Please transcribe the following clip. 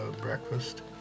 breakfast